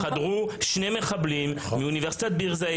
חדרו שני מחבלים מאוניברסיטת ביר זית